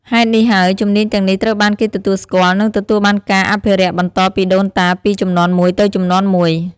ហេតុនេះហើយ ជំនាញទាំងនេះត្រូវបានគេទទួលស្គាល់ និងទទួលបានការអភិរក្សបន្តពីដូនតាពីជំនាន់មួយទៅជំនាន់មួយ។